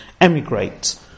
emigrate